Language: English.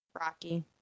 Rocky